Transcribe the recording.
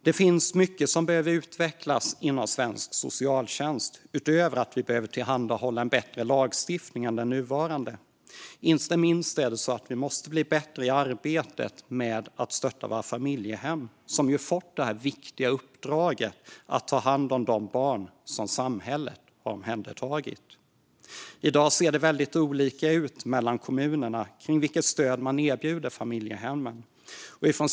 Det är mycket som behöver utvecklas inom svensk socialtjänst utöver att vi behöver tillhandahålla en bättre lagstiftning än den nuvarande. Inte minst behöver vi bli bättre i arbetet med att stötta familjehemmen, som ju fått det viktiga uppdraget att ta hand om de barn samhället omhändertagit. I dag ser det väldigt olika ut mellan kommunerna när det gäller vilket stöd man erbjuder familjehemmen.